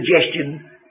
suggestion